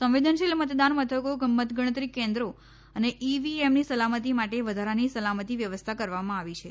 સંવેદનશીલ મતદાન મથકો મતગણતરી કેન્દ્રો અને ઈવીએમની સલામતી માટે વધારાની સલામતી વ્યવસ્થા કરવામાં આવી છે